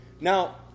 Now